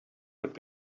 would